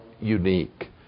unique